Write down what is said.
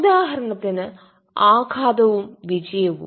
ഉദാഹരണത്തിന് ആഘാതവും വിജയവും